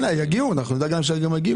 בסדר, נדאג שהם גם יגיעו.